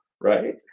right